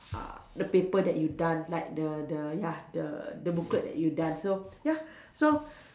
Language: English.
uh the paper that you done like the the ya the the booklet that you done so ya so